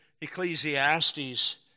Ecclesiastes